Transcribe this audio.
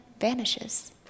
vanishes